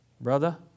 Brother